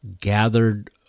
gathered